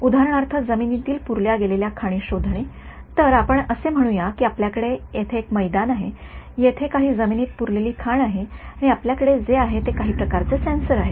उदाहरणार्थ जमिनीतील पुरल्या गेलेल्या खाणी शोधणे तर आपण असे म्हणूया की आपल्याकडे येथे एक मैदान आहे येथे काही जमिनीत पुरलेली खाण आहे आणि आपल्याकडे जे आहे ते काही प्रकारचे सेन्सर आहे